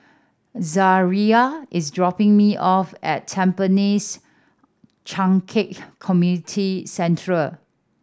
Zariah is dropping me off at Tampines Changkat Community Centre